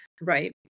right